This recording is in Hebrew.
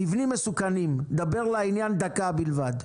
מבנים מסוכנים דבר לעניין דקה בלבד.